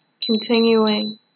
continuing